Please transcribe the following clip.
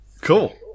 cool